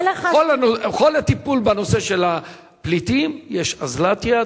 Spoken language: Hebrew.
בכל הטיפול בנושא של הפליטים יש אוזלת יד,